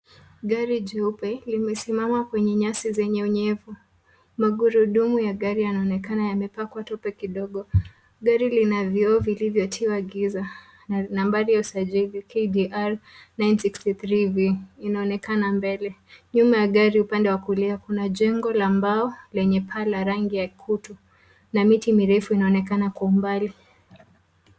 Gari jeupe imesimama kwenye nyasi zenye unyevu. Magurudumu ya gari yanaonekana yamepakwa tope kidogo. Gari lina vioo vilivyotiwa giza na nambari ya usajili KDR 963V inaonekana mbele. Nyuma ya gari, upande wa kulia kuna jengo la mbao lenye paa la rangi ya kutu na miti mirefu inaonekana kwa umbali.